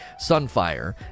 sunfire